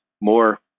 more